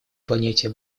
планете